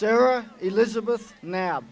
sarah elizabeth now